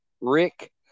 Rick